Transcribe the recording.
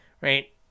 right